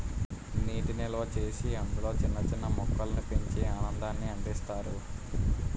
నీటి నిల్వచేసి అందులో చిన్న చిన్న మొక్కలు పెంచి ఆనందాన్ని అందిస్తారు